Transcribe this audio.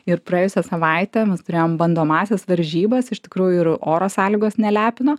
ir praėjusią savaitę mes turėjom bandomąsias varžybas iš tikrųjų ir oro sąlygos nelepino